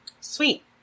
sweet